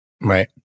Right